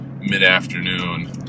mid-afternoon